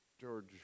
George